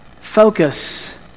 focus